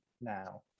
now